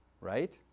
right